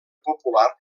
popular